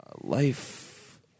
Life